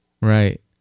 Right